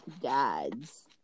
dads